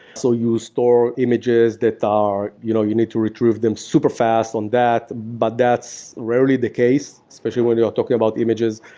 so you store images that are you know you need to retrieve them superfast on that, but that's rarely the case especially when you're talking about images,